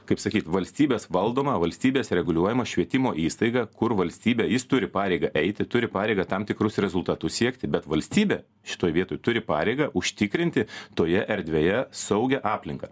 kaip sakyt valstybės valdomą valstybės reguliuojamą švietimo įstaigą kur valstybė jis turi pareigą eiti turi pareigą tam tikrus rezultatus siekti bet valstybė šitoj vietoj turi pareigą užtikrinti toje erdvėje saugią aplinką